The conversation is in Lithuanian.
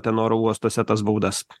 ten oro uostuose tas baudas